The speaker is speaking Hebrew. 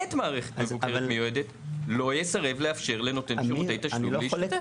למעט מערכת מבוקרת מיועדת לא יסרב לאפשר לנותן שירותי תשלום להשתתף.